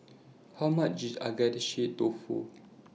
How much IS Agedashi Dofu